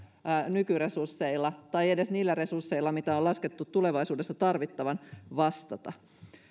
nykyresursseilla tai edes niillä resursseilla mitä on laskettu tulevaisuudessa tarvittavan vastata